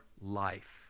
life